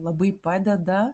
labai padeda